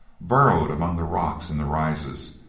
burrowed among the rocks in the rises,